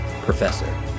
professor